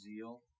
zeal